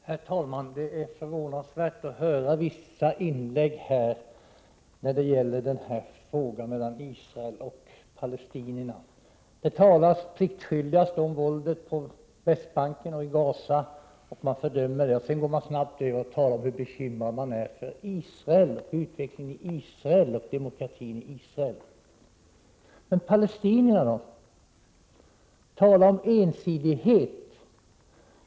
Herr talman! Man blir förvånad när man hör vissa inlägg i frågan om konflikten mellan Israel och palestinierna. Det talas pliktskyldigast om våldet på Västbanken och i Gaza, vilket man fördömer, men sedan går man snabbt över till att tala om hur bekymrad man är för utvecklingen av demokratin i Israel. Tala om ensidighet!